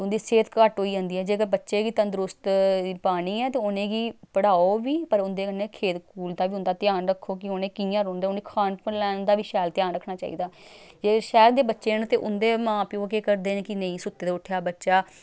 उं'दी सेह्त घट्ट होई जंदी ऐ जेकर बच्चे गी तंदरुस्त पानी ऐ ते उ'नेंगी पढ़ाओ बी पर उं'दे कन्नै खेत कूद दा बी उं'दा ध्यान रक्खो कि उ'नें कि'यां रौंहदा उ'नेंगी खान पीन लैने दा बी शैल ध्यान रक्खना चाहिदा जे शैह्र दे बच्चे न ते उं'दे मां प्यो केह् करदे न कि नेईं सुत्ते दे उट्ठेआ बच्चा